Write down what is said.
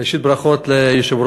ראשית, ברכות ליושב-ראש.